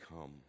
come